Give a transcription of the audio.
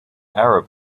arab